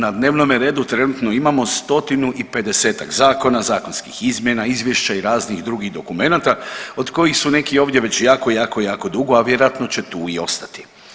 Na dnevnome redu trenutno imamo stotinu i pedesetak zakona, zakonskih izmjena, izvješća i raznih drugih dokumenata od kojih su neki ovdje već jako, jako, jako dugo, a vjerojatno će tu i ostati.